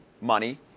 money